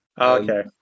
okay